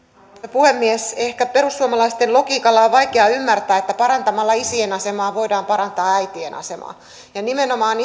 puhemies ehkä perussuomalaisten logiikalla on vaikea ymmärtää että parantamalla isien asemaa voidaan parantaa äitien asemaa ja nimenomaan